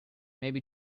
maybe